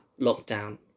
lockdown